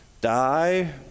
die